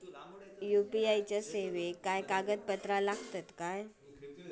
UPI सेवाक काय कागदपत्र लागतत काय?